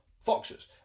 foxes